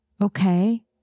Okay